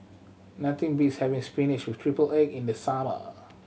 nothing beats having spinach with triple egg in the summer